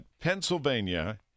Pennsylvania